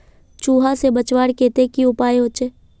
चूहा से बचवार केते की उपाय होचे?